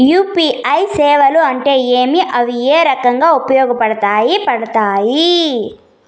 UPI సేవలు అంటే ఏమి, అవి ఏ రకంగా ఉపయోగపడతాయి పడతాయి?